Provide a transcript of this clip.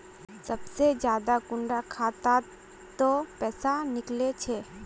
सबसे ज्यादा कुंडा खाता त पैसा निकले छे?